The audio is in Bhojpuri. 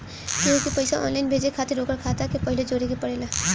केहू के पईसा ऑनलाइन भेजे खातिर ओकर खाता के पहिले जोड़े के पड़ेला